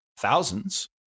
thousands